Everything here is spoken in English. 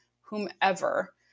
whomever